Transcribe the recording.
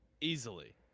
Easily